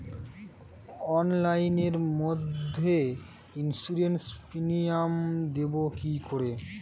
অনলাইনে মধ্যে insurance premium দেবো কি করে?